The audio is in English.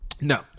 no